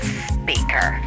speaker